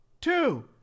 two